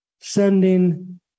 sending